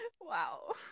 Wow